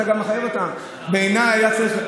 אתה גם מחייב אותם, לכן, רק קורונה,